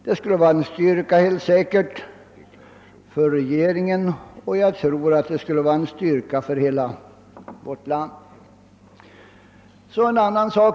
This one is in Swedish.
Det skulle helt säkert vara en styrka för regeringen, och jag tror att det skulle vara en styrka för hela vårt land.